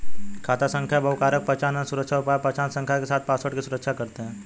खाता संख्या बहुकारक पहचान, अन्य सुरक्षा उपाय पहचान संख्या के साथ पासवर्ड की सुरक्षा करते हैं